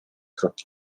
krok